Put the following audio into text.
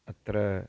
अत्र